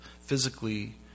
physically